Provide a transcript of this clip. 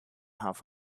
half